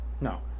No